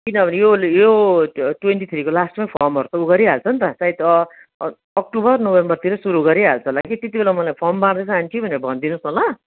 किनभने यो यो ट्वेन्टी थ्रीको लास्टमै फर्महरू उयो गरिहाल्छ नि त सायद अक्टुबर नवम्बरतिर सुरु गरिहाल्छ होला कि त्यतिबेला मलाई फर्म बाड्दैछ आन्टी भनेर भनिदिनुहोस् न ल